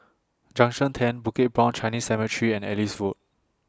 Junction ten Bukit Brown Chinese Cemetery and Ellis Road